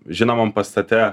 žinomam pastate